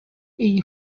iyi